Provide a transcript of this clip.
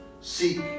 Seek